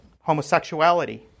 Homosexuality